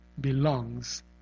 belongs